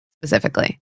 specifically